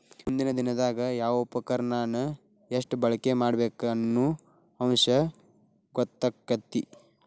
ಮುಂದಿನ ದಿನದಾಗ ಯಾವ ಉಪಕರಣಾನ ಎಷ್ಟ ಬಳಕೆ ಮಾಡಬೇಕ ಅನ್ನು ಅಂಶ ಗೊತ್ತಕ್ಕತಿ